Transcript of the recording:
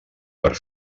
per